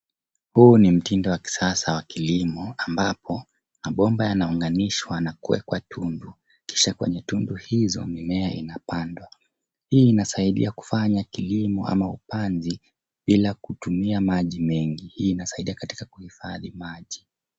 Huu ni mtindo wa kisasa wa kilimo ambapo mabomba yanaunganishwa na kuwekwa tundu kisha kwenye tundu hizo mimea inapandwa, hii inasaidia kufanya kilimo ama upanzi bila kutumia maji mengi. Hii inasaidia katika kihifadhi maji.